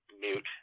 mute